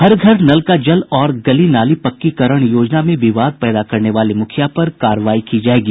हर घर नल का जल और गली नाली पक्कीकरण योजना में विवाद पैदा करने वाले मुखिया पर कार्रवाई की जायेगी